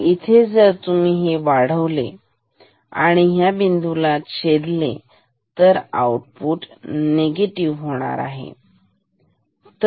तर इथे जर तुम्ही हे वाढवलेवाढवले आणि ह्या बिंदूला छेदले तर आउटपुट निगेटिव्ह होईल